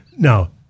Now